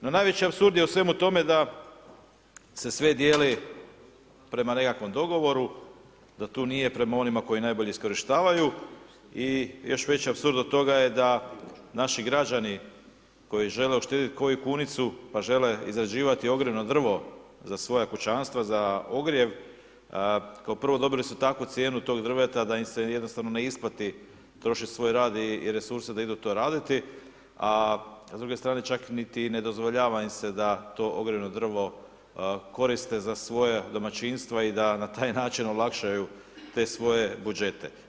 No, najveći apsurd je u svemu tome da sve dijeli prema nekakvom dogovoru, da tu nije prema onima koji najbolje iskorištavaju i još veći apsurd od toga je da naši građani koji žele uštedjeti koju kunicu, pa žele izrađivati ogrjevno drvo za svoja kućanstva za ogrjev, kao prvo, dobili su takvu cijenu tog drveta da im se jednostavno ne isplati trošiti svoj rad i resurse da idu to raditi, a s druge strane, čak niti ne dozvoljava im se da to ogrjevno drvo koriste za svoja domaćinstva i da na taj način olakšaju te svoje budžete.